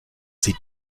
sie